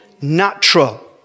natural